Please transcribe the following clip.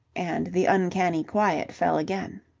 and the uncanny quiet fell again.